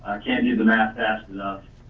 i can't do the math fast enough.